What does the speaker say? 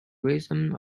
rhythm